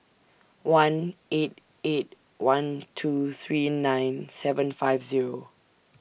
one eight eight one two three nine seven five Zero